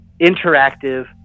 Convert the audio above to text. interactive